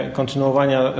kontynuowania